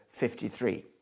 53